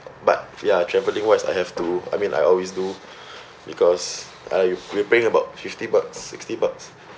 but ya travelling wise I have to I mean I always do because ah yo~ you're paying about fifty bucks sixty bucks